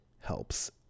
helps